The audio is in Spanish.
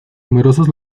numerosos